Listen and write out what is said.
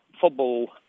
football